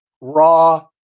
Raw